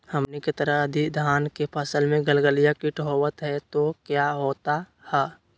हमनी के तरह यदि धान के फसल में गलगलिया किट होबत है तो क्या होता ह?